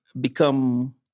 become